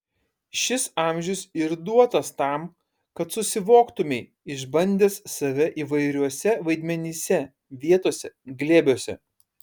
šis amžius ir duotas tam kad susivoktumei išbandęs save įvairiuose vaidmenyse vietose glėbiuose